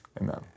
amen